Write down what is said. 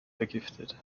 vergiftet